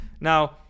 Now